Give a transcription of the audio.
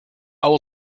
will